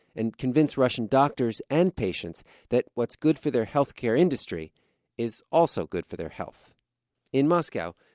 and convince russian doctors and patients that what's good for their health care industry is also good for their health in moscow,